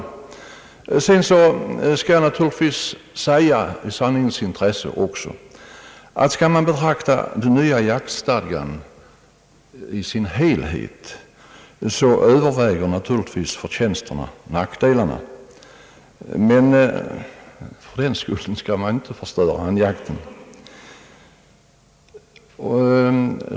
I sanningens intresse vill jag naturligtvis erkänna att den nya jaktstadgan, betraktad i sin helhet, har flera förtjänster än nackdelar — men fördenskull skall man inte förstöra andjakten.